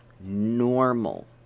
normal